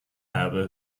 erbe